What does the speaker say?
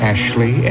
Ashley